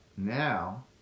Now